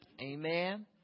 Amen